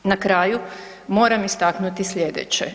Na kraju moram istaknuti sljedeće.